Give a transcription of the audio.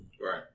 Right